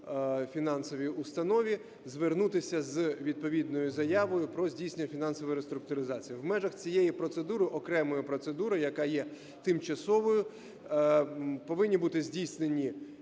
фінансовій установі, звернутися з відповідною заявою про здійснення фінансової реструктуризації. В межах цієї процедури, окремої процедури, яка є тимчасовою, повинні бути здійснені